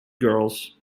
girls